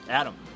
adam